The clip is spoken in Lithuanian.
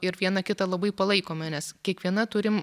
ir viena kitą labai palaikome nes kiekviena turim